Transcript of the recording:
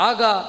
Aga